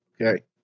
Okay